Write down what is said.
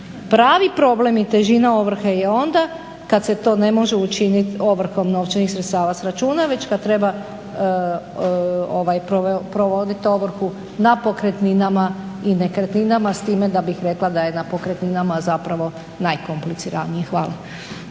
Pravi problem i težina ovrhe je onda kada se to ne može učiniti ovrhom novčanih sredstava s računa već kada treba provoditi ovrhu na pokretninama i nekretninama s time da bih rekla da je na pokretninama zapravo najkompliciranije. Hvala.